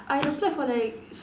I applied for like s~